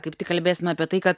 kaip tik kalbėsim apie tai kad